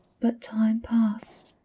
but time passed.